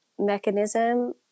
Mechanism